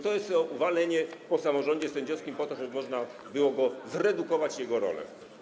To jest walenie po samorządzie sędziowskim po to, żeby można było zredukować jego rolę.